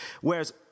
Whereas